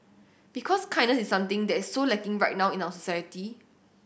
because kindness is something that so lacking right now in our society